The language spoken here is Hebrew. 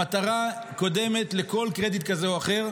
המטרה קודמת לכל קרדיט כזה או אחר.